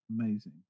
Amazing